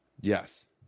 Yes